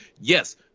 yes